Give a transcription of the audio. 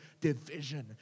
division